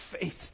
faith